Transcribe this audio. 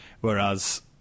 whereas